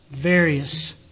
various